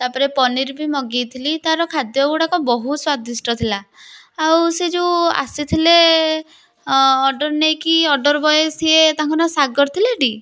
ତା ପରେ ପନିର୍ ବି ମଗେଇଥିଲି ତା'ର ଖାଦ୍ୟଗୁଡ଼ାକ ବହୁତ ସ୍ୱାଦିଷ୍ଟ ଥିଲା ଆଉ ସେ ଯେଉଁ ଆସିଥିଲେ ଅର୍ଡ଼ର୍ ନେଇକି ଅର୍ଡ଼ର୍ ବଏ ସିଏ ତାଙ୍କ ନାଁ ସାଗର ଥିଲା ଟି